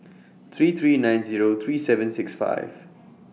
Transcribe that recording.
three three nine Zero three seven six five